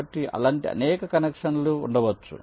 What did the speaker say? కాబట్టి అలాంటి అనేక కనెక్షన్లు ఉండవచ్చు